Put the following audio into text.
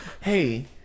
Hey